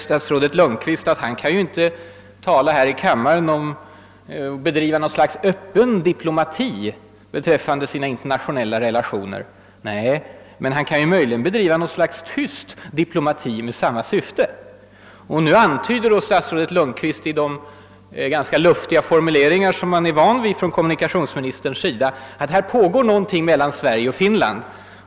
Statsrådet Lundkvist säger att han inte här i kammaren kan bedriva något slags »öppen diplomati» beträffande sina internationella relationer. Nej, men statsrådet Lundkvist kan möjligen bedriva något slags tyst diplomati med samma syfte. Nu antyder statsrådet Lundkvist — med de luftiga formuleringar som man är van vid att finna i hans uttalanden — att det pågår någonting mellan Sverige och Finland.